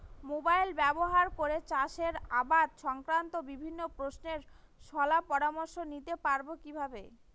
Mobile ব্যাবহার করে চাষের আবাদ সংক্রান্ত বিভিন্ন প্রশ্নের শলা পরামর্শ নিতে পারবো কিভাবে?